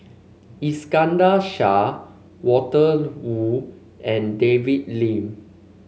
Iskandar Shah Walter Woon and David Lim